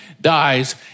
dies